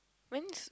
when's